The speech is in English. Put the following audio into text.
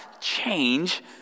change